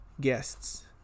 guests